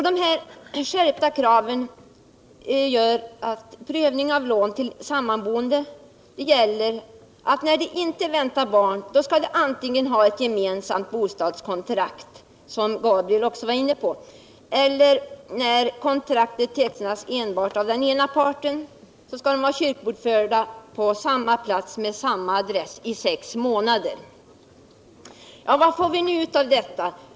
De skärpta kraven innebär att det vid prövning av lån till sammanboende som inte väntar barn gäller att de antingen skall ha ett gemensamt hyreskontrakt — det var Gabriel Romanus också inne på — eller, när kontraktet tecknats enbart av den ena parten, vara kyrkobokförda på samma plats med samma adress i sex månader. Vad får vi då ut av detta?